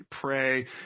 pray